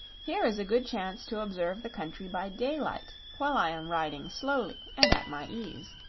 here is a good chance to observe the country by daylight, while i am riding slowly and at my ease.